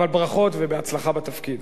אבל ברכות והצלחה בתפקיד.